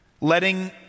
Letting